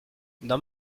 dans